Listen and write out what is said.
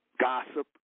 gossip